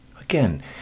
Again